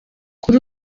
kuri